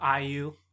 IU